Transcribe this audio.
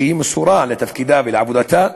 שהיא מסורה לתפקידה ועבודתה,